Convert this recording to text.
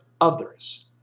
others